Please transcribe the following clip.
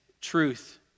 truth